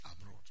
abroad